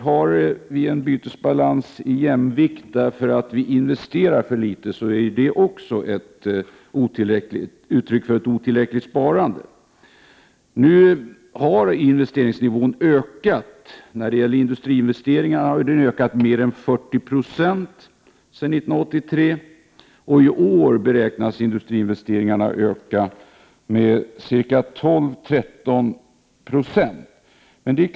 Har vi en bytesbalans i jämvikt därför att vi investerar för litet, är det naturligtvis också ett uttryck för ett otillräckligt sparande. Nu har investeringsnivån ökat. Industriinvesteringarna har ökat med mer än 40 96 sedan 1983. I år beräknas industriinvesteringarna öka med ca 12 å 13 96.